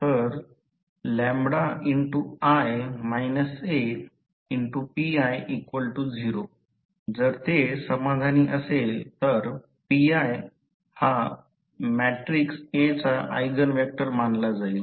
तर iI Api0 जर ते समाधानी असेल तर pi हा मॅट्रिक्स A चा ऎगेन व्हेक्टर मानला जाईल